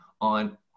on